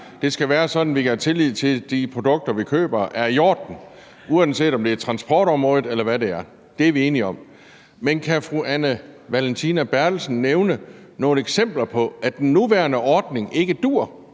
Det skal være sådan, at vi kan have tillid til, at de produkter, vi køber, er i orden, uanset om det er på transportområdet, eller hvad det er. Det er vi enige om. Men kan fru Anne Valentina Berthelsen nævne nogle eksempler på, at den nuværende ordning ikke duer,